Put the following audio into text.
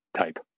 type